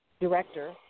director